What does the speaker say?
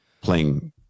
playing